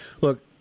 Look